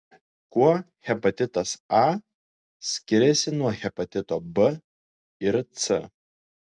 kuo hepatitas a skiriasi nuo hepatito b ir c